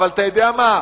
אבל אתה יודע מה,